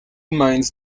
mines